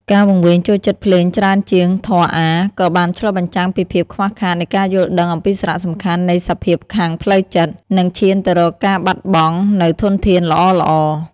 ការវង្វេងចូលចិត្តភ្លេងច្រើនជាងធម៌អាថ៌ ក៏បានឆ្លុះបញ្ចាំងពីភាពខ្វះខាតនៃការយល់ដឹងអំពីសារៈសំខាន់នៃសភាពខាងផ្លូវចិត្ត និងឈានទៅរកការបាត់បងនូវធនធានល្អៗ។